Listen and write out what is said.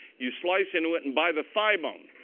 you slice into it. and by the thigh bone,